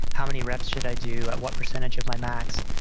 how many reps should i do at what percentage of my max?